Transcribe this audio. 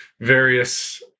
various